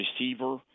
receiver